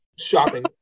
Shopping